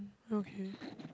okay